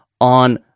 on